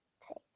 take